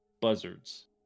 buzzards